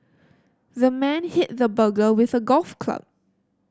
the man hit the burglar with a golf club